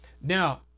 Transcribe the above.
Now